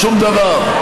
שום דבר.